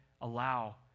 allow